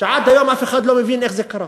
שעד היום אף אחד לא מבין איך זה קרה.